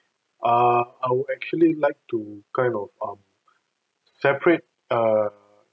uh I would actually like to kind of um separate err